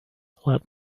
let